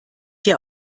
dir